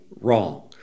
wrong